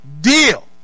deal